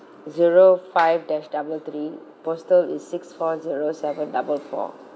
zero five dash double three postal is six four zero seven double four